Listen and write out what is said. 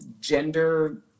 gender